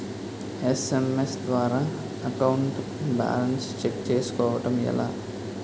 SMS ద్వారా account balance check చేసుకోవటం ఎలా?